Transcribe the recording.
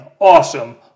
awesome